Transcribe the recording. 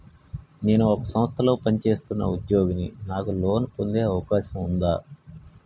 నేను ఒక సంస్థలో పనిచేస్తున్న ఉద్యోగిని నాకు లోను పొందే అవకాశం ఉందా?